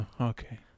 Okay